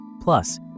Plus